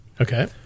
okay